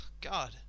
God